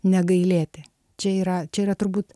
negailėti čia yra čia yra turbūt